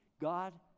God